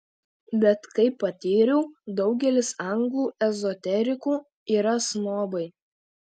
bet kaip patyriau daugelis anglų ezoterikų yra snobai